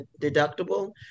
deductible